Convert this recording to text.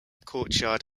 courtyard